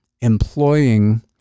employing